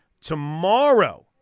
tomorrow